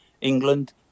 England